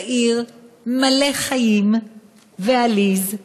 צעיר, מלא חיים ועליז,